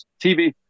TV